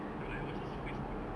no I was his first student